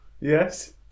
yes